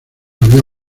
había